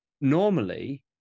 normally